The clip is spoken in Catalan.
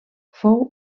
fou